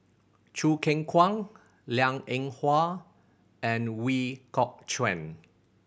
Choo Keng Kwang Liang Eng Hwa and Ooi Kok Chuen